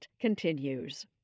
continues